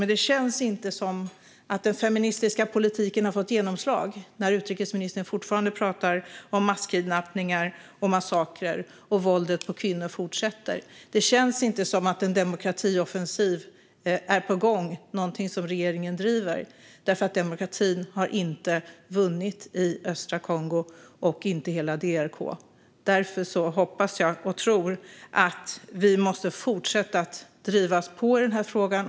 Men det känns inte som att den feministiska politiken har fått genomslag när utrikesministern fortfarande talar om masskidnappningar och massakrer och våldet mot kvinnor som fortsätter. Det känns inte som att en demokratioffensiv är på gång, att det är någonting som regeringen driver, för demokratin har inte vunnit i östra Kongo och inte i hela DRK. Därför tror jag att vi måste fortsätta att driva på i den här frågan.